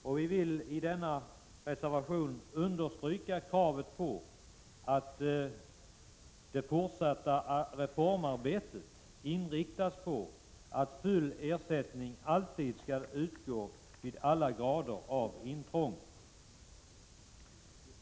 Vi understryker i denna reservation kravet på att det fortsatta reformarbetet inriktas på att full ersättning alltid skall utgå vid alla grader av intrång.